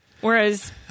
Whereas